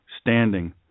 standing